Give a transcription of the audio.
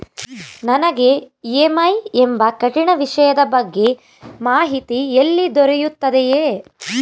ನನಗೆ ಇ.ಎಂ.ಐ ಎಂಬ ಕಠಿಣ ವಿಷಯದ ಬಗ್ಗೆ ಮಾಹಿತಿ ಎಲ್ಲಿ ದೊರೆಯುತ್ತದೆಯೇ?